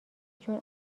چون